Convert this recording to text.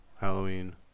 Halloween